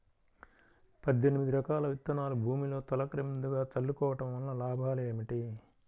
పద్దెనిమిది రకాల విత్తనాలు భూమిలో తొలకరి ముందుగా చల్లుకోవటం వలన లాభాలు ఏమిటి?